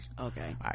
okay